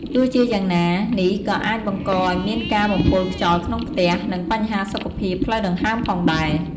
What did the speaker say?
ទោះជាយ៉ាងណា នេះក៏អាចបង្កឱ្យមានការបំពុលខ្យល់ក្នុងផ្ទះ និងបញ្ហាសុខភាពផ្លូវដង្ហើមផងដែរ។